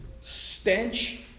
stench